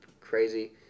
crazy